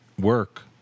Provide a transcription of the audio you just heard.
work